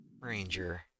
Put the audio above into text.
ranger